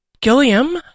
Gilliam